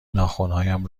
ناخنهایم